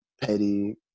petty